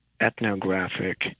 ethnographic